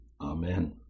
Amen